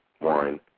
wine